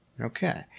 okay